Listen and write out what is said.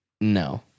No